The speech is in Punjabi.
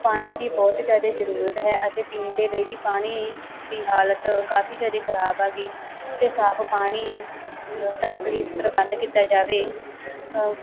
ਪਾਣੀ ਦੀ ਬਹੁਤ ਜ਼ਿਆਦਾ ਜ਼ਰੂਰਤ ਹੈ ਅਤੇ ਪੀਣ ਦੇ ਲਈ ਵੀ ਪਾਣੀ ਦੀ ਹਾਲਤ ਕਾਫੀ ਜ਼ਿਆਦਾ ਖ਼ਰਾਬ ਆਗੀ ਤੇ ਸਾਫ਼ ਪਾਣੀ ਦਾ ਪਲੀਜ਼ ਪ੍ਰਬੰਧ ਕੀਤਾ ਜਾਵੇ